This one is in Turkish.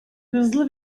hızlı